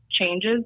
changes